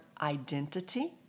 identity